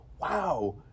wow